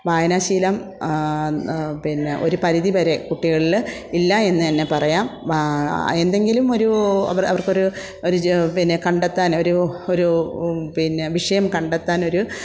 വായനാശീലം പിന്നെ ഒരു പരിധി വരെ കുട്ടികളിൽ ഇല്ല എന്ന് തന്നെ പറയാം എന്തെങ്കിലും ഒരു അവർ അവർക്കൊരു ഒരു ജ പിന്നെ കണ്ടെത്താൻ ഒരു ഒരു പിന്നെ വിഷയം കണ്ടെത്താനൊരു